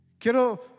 Quiero